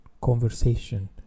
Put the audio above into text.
conversation